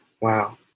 Wow